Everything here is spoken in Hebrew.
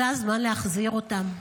זה הזמן להחזיר אותם.